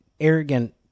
arrogant